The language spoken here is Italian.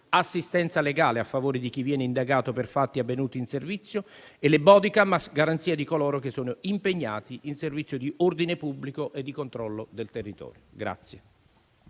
assistenza legale a favore di chi viene indagato per fatti avvenuti in servizio e le *bodycam* a garanzia di coloro che sono impegnati in servizio di ordine pubblico e di controllo del territorio.